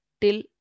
till